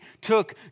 took